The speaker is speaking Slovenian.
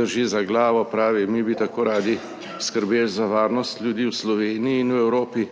drži za glavo - "Pravi, mi bi tako radi skrbeli za varnost ljudi v Sloveniji in v Evropi,